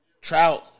Trout